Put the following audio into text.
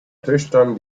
töchtern